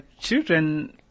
children